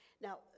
Now